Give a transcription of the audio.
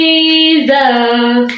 Jesus